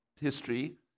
history